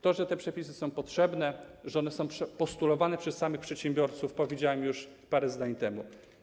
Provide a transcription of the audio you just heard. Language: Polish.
To, że te przepisy są potrzebne, są postulowane przez samych przedsiębiorców, powiedziałem już parę zdań temu.